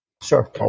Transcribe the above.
Sure